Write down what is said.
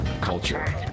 culture